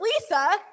Lisa